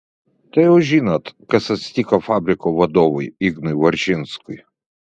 tai jau žinot kas atsitiko fabrikų vadovui ignui varžinskui